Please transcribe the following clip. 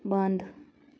بنٛد